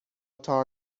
تار